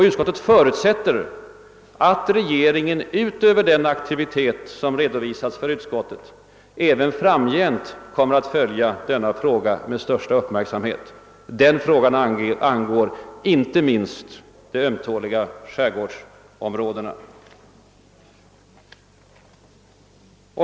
Utskottet förutsätter att regeringen, utöver den aktivitet som redovisats för utskottet, även framgent kommer att följa denna fråga med den största uppmärksamhet. Denna fråga angår inte minst de ömtåliga skärgårdsområdena.